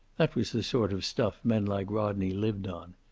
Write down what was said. that was the sort of stuff men like rodney lived on.